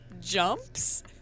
jumps